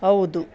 ಹೌದು